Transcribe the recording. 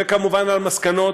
וכמובן על המסקנות,